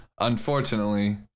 unfortunately